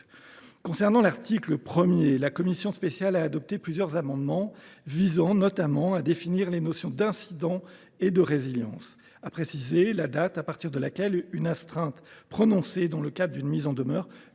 À l’article 1, la commission spéciale a adopté plusieurs amendements visant notamment à définir les notions d’incident et de résilience, à préciser la date à partir de laquelle une astreinte prononcée dans le cadre d’une mise en demeure